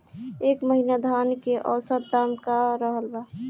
एह महीना धान के औसत दाम का रहल बा?